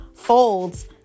folds